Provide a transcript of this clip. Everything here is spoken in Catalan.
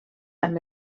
amb